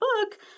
book